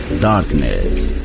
Darkness